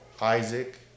Isaac